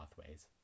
pathways